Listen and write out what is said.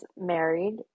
married